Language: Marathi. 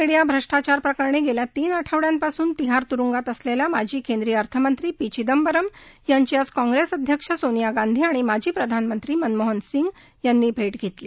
मिडिया भ्रष्ट्राचार प्रकरणी गेल्या तीन आठवड्यांपासून तिहार तुरुंगात असलेल्या माजी केंद्रीय अर्थमंत्री पी चिदंबरम यांची आज काँग्रेस अध्यक्ष सोनिया गांधी आणि माजी प्रधानमंत्री मनमोहन सिंग यांनी भेट घेतली